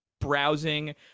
browsing